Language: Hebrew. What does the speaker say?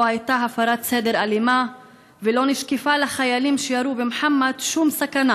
לא הייתה הפרת סדר אלימה ולא נשקפה לחיילים שירו במוחמד שום סכנה.